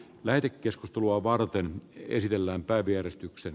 väite keskustelua varten esitellään tarvieristyksen